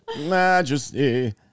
Majesty